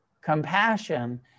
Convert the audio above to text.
compassion